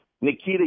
Nikita